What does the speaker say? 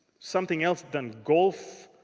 something else than golf.